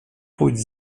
pójdź